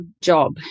job